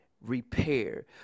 repair